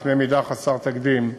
בקנה-מידה חסר תקדים,